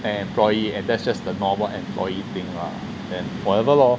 an employee and that's just a normal employee thing lah and whatever lor